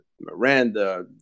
Miranda